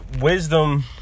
wisdom